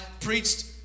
preached